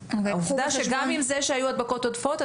העובדה שגם עם זה שהיו הדבקות עודפות,